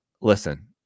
listen